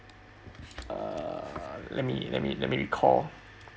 err let me let me let me recall